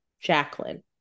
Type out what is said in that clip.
Jacqueline